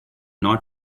not